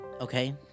Okay